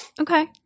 Okay